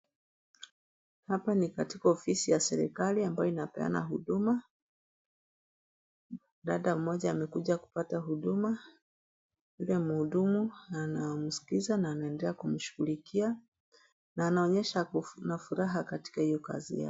Hapa ni katika ofisi ya serikali ambayo inapeana huduma. Dada mmoja amekuja kupata huduma. Yule mhudumu anamsikiliza na anaendelea kumshughulikia na anaonyesha ako na furaha katika hiyo kazi yake.